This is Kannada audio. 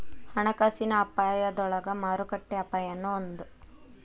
ಹಣಕಾಸಿನ ಅಪಾಯದೊಳಗ ಮಾರುಕಟ್ಟೆ ಅಪಾಯನೂ ಒಂದ್